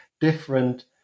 different